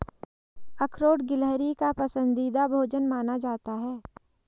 अखरोट गिलहरी का पसंदीदा भोजन माना जाता है